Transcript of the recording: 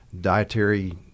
dietary